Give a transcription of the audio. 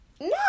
No